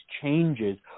changes